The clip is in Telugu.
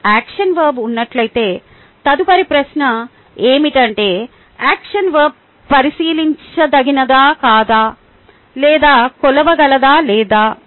మరియు యాక్షన్ వర్బ్ ఉన్నట్లయితే తదుపరి ప్రశ్న ఏమిటంటే యాక్షన్ వర్బ్ పరిశీలించదగినదా కాదా లేదా కొలవగలదా లేదా